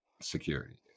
security